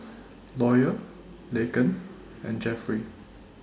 Lawyer Laken and Jeffrey